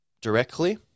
directly